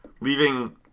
leaving